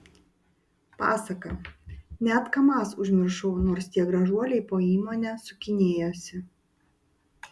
pasaka net kamaz užmiršau nors tie gražuoliai po įmonę sukinėjosi